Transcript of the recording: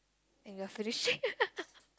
and we are finishing